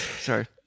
sorry